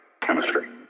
chemistry